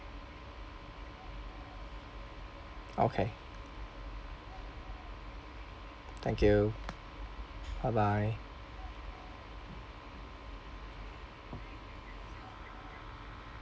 okay thank you bye bye